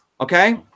okay